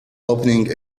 opening